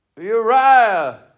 Uriah